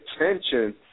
attention